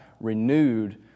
renewed